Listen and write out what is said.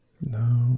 No